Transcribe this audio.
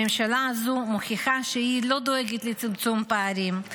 הממשלה הזו מוכיחה שהיא לא דואגת לצמצום פערים.